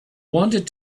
wanted